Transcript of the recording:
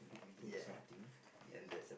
doing something is